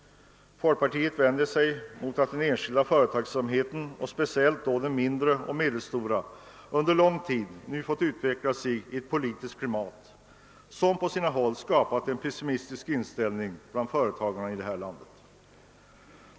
Folkpartiet vänder sig mot att den enskilda företagsamheten, och speciellt då den mindre och medelstora, under lång tid har fått utveckla sig i ett politiskt klimat som på sina håll har skapat en pessimistisk inställning bland företagarna i landet.